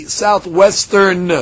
southwestern